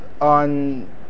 on